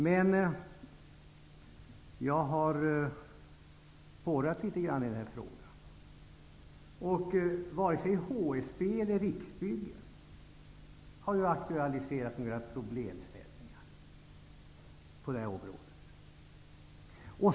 Men jag har spårat litet grand i den här frågan. Varken HSB eller Riksbyggen har aktualiserat några problemställningar på detta område.